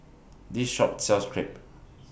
This Shop sells Crepe